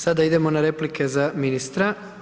Sada idemo na replike za ministra.